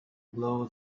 blow